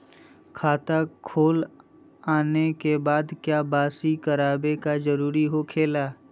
खाता खोल आने के बाद क्या बासी करावे का जरूरी हो खेला?